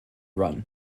run